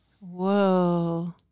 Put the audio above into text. Whoa